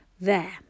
There